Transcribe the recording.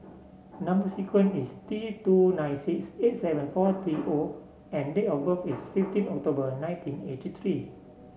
number sequence is T two nine six eight seven four three O and date of birth is fifteen October nineteen eighty three